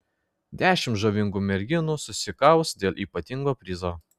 dešimt žavingų merginų susikaus dėl ypatingo prizo